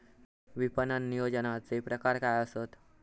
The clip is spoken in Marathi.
विपणन नियोजनाचे प्रकार काय आसत?